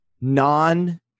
non